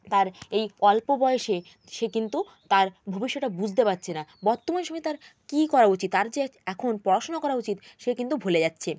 তার এই অল্প বয়সে সে কিন্তু তার ভবিষ্যৎটা বুঝতে পারছে না বর্তমান সময়ে তার কী করা উচিত তার যে এখন পড়াশুনো করা উচিত সে কিন্তু ভুলে যাচ্ছে